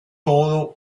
todo